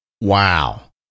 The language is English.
Wow